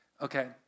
Okay